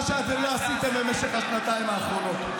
מה שאתם לא עשיתם במשך השנתיים האחרונות.